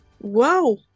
wow